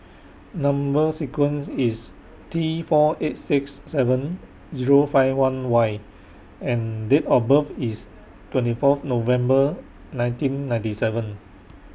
Number sequence IS T four eight six seven Zero five one Y and Date of birth IS twenty Fourth November nineteen ninety seven